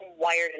wired